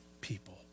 people